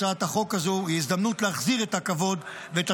הצעת החוק הזאת היא הזדמנות להחזיר את הכבוד ואת